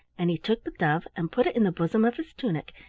and he took the dove and put it in the bosom of his tunic,